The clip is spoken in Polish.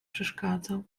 przeszkadzał